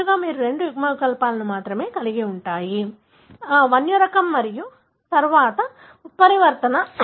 తరచుగా మీకు రెండు యుగ్మ వికల్పాలు మాత్రమే ఉంటాయి వన్యరకం మరియు తరువాత ఉత్పరివర్తన